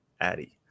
Addy